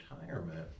retirement